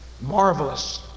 Marvelous